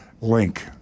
link